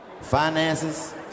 Finances